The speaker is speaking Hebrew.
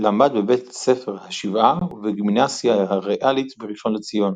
למד בבית ספר השבעה ובגימנסיה הריאלית בראשון לציון.